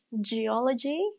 geology